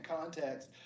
context